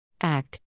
Act